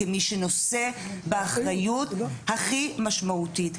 כמי שנושא באחריות הכי משמעותית.